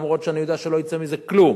למרות שאני יודע שלא יצא מזה כלום.